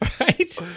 right